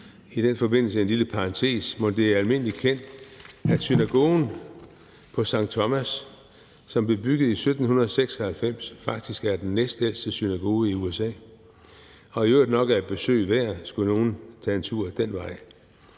I den forbindelse en lille parentes: Mon det er almindeligt kendt, at synagogen på Sankt Thomas, som blev bygget i 1796, faktisk er den næstældste synagoge i USA? Den er i øvrigt nok et besøg værd, skulle nogen tage en tur den vej.